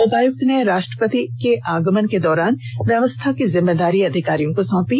उपायुक्त ने राष्ट्रपति के आगमन के दौरान व्यवस्था की जिम्मेदारी अधिकारियों को सौंपी